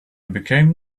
become